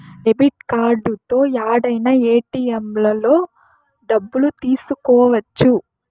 debit కార్డుతో యాడైనా ఏటిఎంలలో డబ్బులు తీసుకోవచ్చు